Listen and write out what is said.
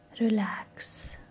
relax